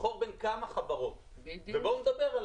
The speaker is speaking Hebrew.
לבחור בין כמה חברות ובואו נדבר על